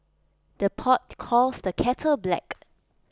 the pot calls the kettle black